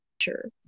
Sure